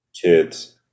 Kids